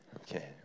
Okay